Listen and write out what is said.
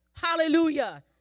Hallelujah